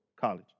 college